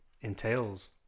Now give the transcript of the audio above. entails